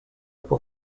pour